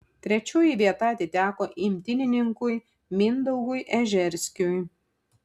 trečioji vieta atiteko imtynininkui mindaugui ežerskiui